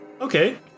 Okay